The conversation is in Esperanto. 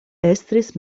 estris